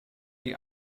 die